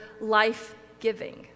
life-giving